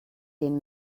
den